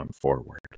forward